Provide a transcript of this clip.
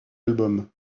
album